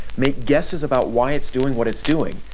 make guesses about why it's doing what it's doing,